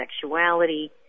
sexuality